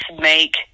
make